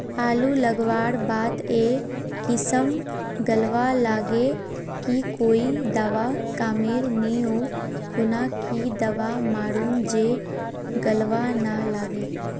आलू लगवार बात ए किसम गलवा लागे की कोई दावा कमेर नि ओ खुना की दावा मारूम जे गलवा ना लागे?